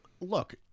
Look